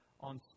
on